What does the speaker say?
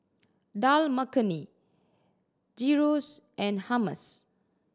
Dal Makhani Gyros and Hummus